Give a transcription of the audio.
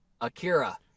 Akira